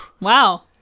Wow